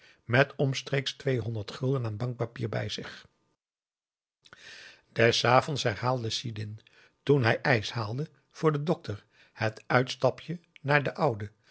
met omstreeks tweehonderd gulden aan bankpapier bij zich des avonds herhaalde sidin toen hij ijs haalde voor den dokter het uitstapje naar de oude